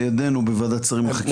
על ידינו בוועדת שרים לחקיקה.